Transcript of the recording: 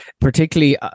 particularly